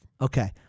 Okay